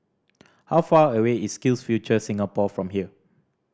how far away is SkillsFuture Singapore from here